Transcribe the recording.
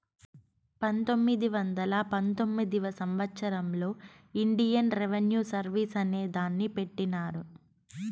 పంతొమ్మిది వందల పంతొమ్మిదివ సంవచ్చరంలో ఇండియన్ రెవిన్యూ సర్వీస్ అనే దాన్ని పెట్టినారు